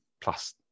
Plus